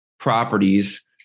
properties